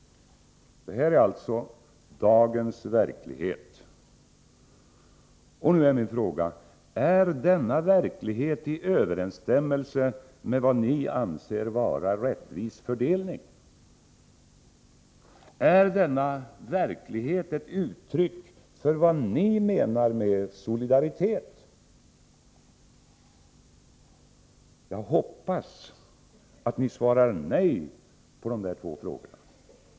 Detta är alltså dagens verklighet. Nu är min fråga: Är denna verklighet i överensstämmelse med vad ni anser vara en rättvis fördelning? Är denna verklighet ett uttryck för vad ni menar med solidaritet? Jag vet inte, men jag hoppas att ni svarar nej på dessa två frågor.